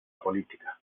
política